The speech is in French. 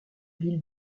ville